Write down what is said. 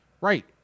Right